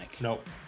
Nope